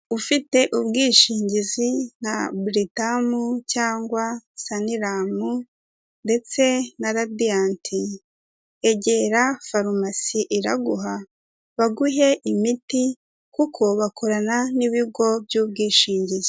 Ufite ubwishingizi nka buritamu cyangwa saniramu ndetse na radianti egera farumasi iraguha baguhe imiti kuko bakorana n'ibigo by'ubwishingizi.